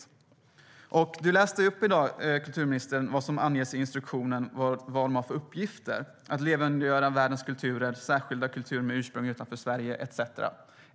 Kulturministern läste upp vad som anges i instruktionen och vad myndigheten har för uppgifter: att levandegöra världens kulturer, särskilda kulturer med ursprung utanför Sverige etcetera.